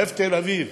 לב תל-אביב,